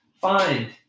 find